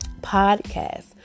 podcast